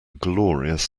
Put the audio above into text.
glorious